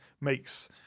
makes